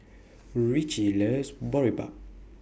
Ricci loves Boribap